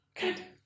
good